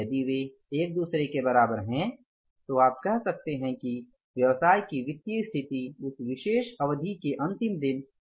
यदि वे एक दूसरे के बराबर हैं तो आप कह सकते हैं कि व्यवसाय की वित्तीय स्थिति उस विशेष अवधि के अंतिम दिन संतुलित है